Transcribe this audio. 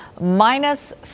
minus